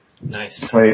Nice